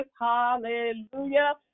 hallelujah